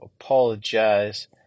apologize